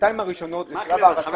שנתיים הראשונות זה בשלב הרצה.